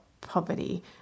poverty